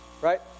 right